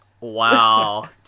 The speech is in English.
Wow